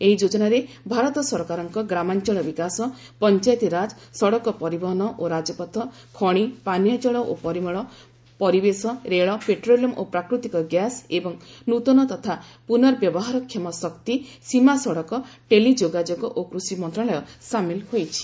ଏହି ଯୋଜନାରେ ଭାରତ ସରକାରଙ୍କ ଗ୍ରାମାଞ୍ଚଳ ବିକାଶ ପଞ୍ଚାୟତିରାଜ ସଡ଼କ ପରିବହନ ଓ ରାଜପଥ ଖଣି ପାନୀୟଜଳ ଓ ପରିମଳ ପରିବେଶ ରେଳ ପେଟ୍ରୋଲିୟମ ଓ ପ୍ରାକୃତିକ ଗ୍ୟାସ୍ ଏବଂ ନୃତନ ତଥା ପୁର୍ନବ୍ୟବହାରକ୍ଷମ ଶକ୍ତି ସୀମା ସଡ଼କ ଟେଲିଯୋଗାଯୋଗ ଓ କୃଷି ମନ୍ତ୍ରଣାଳୟ ସାମିଲ ହୋଇଛି